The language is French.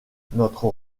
notre